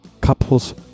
Couples